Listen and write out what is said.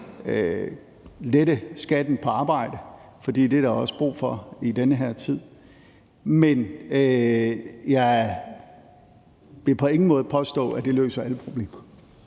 lette skatten på arbejde, for det er der også brug for i den her tid. Men jeg vil på ingen måde påstå, at det løser alle problemer.